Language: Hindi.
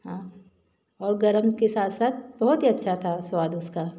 हाँ और गर्म के साथ साथ बहुत ही अच्छा था स्वाद उसका